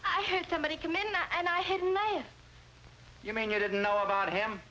i had somebody came in and i had known you mean you didn't know about him